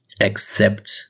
accept